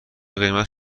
قیمت